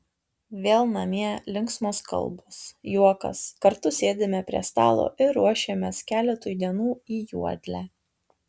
vėl namie linksmos kalbos juokas kartu sėdime prie stalo ir ruošiamės keletui dienų į juodlę